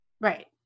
Right